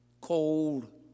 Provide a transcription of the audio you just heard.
Cold